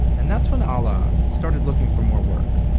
and that's when alaa, started looking for more work,